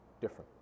different